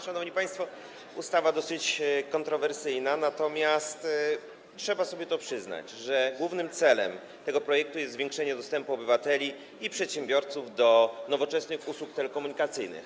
Szanowni państwo, ta ustawa jest dosyć kontrowersyjna, natomiast trzeba przyznać, że głównym celem projektu jest zwiększenie dostępu obywateli i przedsiębiorców do nowoczesnych usług telekomunikacyjnych.